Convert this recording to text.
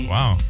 Wow